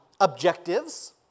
objectives